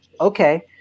Okay